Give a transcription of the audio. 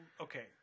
okay